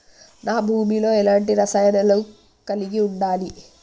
నా భూమి లో ఎలాంటి రసాయనాలను కలిగి ఉండాలి?